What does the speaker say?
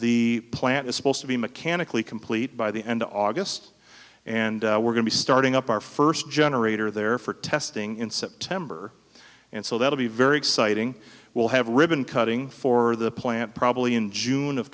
the plant is supposed to be mechanically complete by the end of august and we're going to be starting up our first generator there for testing in september and so that'll be very exciting we'll have ribbon cutting for the plant probably in june of